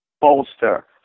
bolster